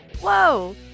Whoa